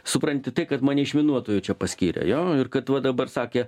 supranti tai kad mane išminuotoju čia paskyrė jo ir kad va dabar sakė